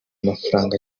mafaranga